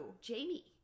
Jamie